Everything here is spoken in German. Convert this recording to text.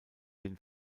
den